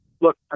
look